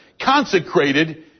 consecrated